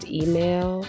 email